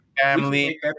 family